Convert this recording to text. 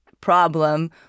problem